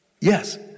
Yes